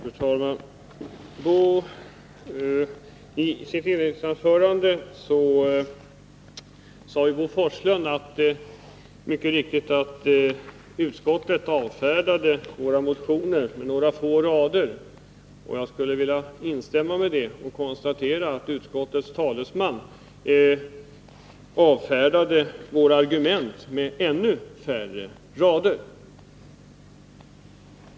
Fru talman! I sitt första anförande sade Bo Forslund mycket riktigt att utskottet avfärdade våra motioner på några få rader. Jag skulle vilja instämma i det samtidigt som jag konstaterar att utskottets talesman avfärdade våra argument med ännu färre ord.